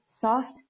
soft